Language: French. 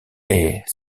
est